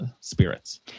spirits